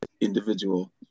individual